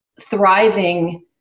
thriving